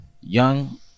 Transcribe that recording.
Young